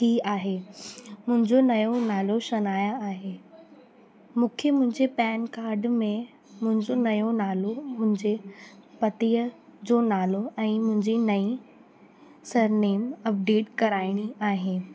थी आहे मुंहिंजो नयों नालो शनाया आहे मूंखे मुंहिंजे पैन काड में मुंहिंजो नयों नालो मुंहिंजे पतिअ जो नालो ऐं मुंहिंजी नईं सरनेम अपडेट कराइणी आहे